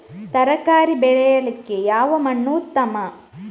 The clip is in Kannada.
ತರಕಾರಿ ಬೆಳೆಯಲಿಕ್ಕೆ ಯಾವ ಮಣ್ಣು ಉತ್ತಮ?